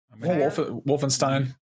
wolfenstein